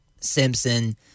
simpson